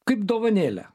kaip dovanėlę